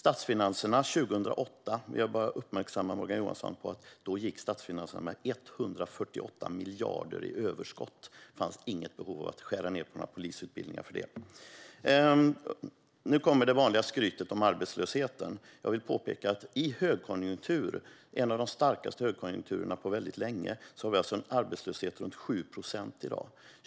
Jag vill bara uppmärksamma Morgan Johansson på att statsfinanserna år 2008 gick med 148 miljarder i överskott. Det fanns inget behov av att skära ned på några polisutbildningar. Nu kommer det vanliga skrytet om arbetslösheten. Jag vill påpeka att i högkonjunktur - en av de starkaste högkonjunkturerna på väldigt länge - har vi alltså en arbetslöshet på runt 7 procent i dag.